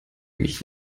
mich